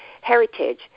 heritage